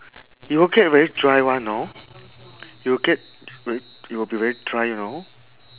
you'll get very dry one know you'll get you~ you'll be very dry you know